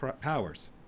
powers